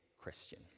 Christian